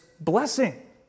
blessing